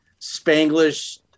Spanglish